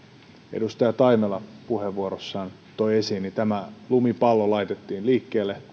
edustaja taimela puheenvuorossaan toi esiin tämä lumipallo laitettiin liikkeelle